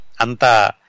anta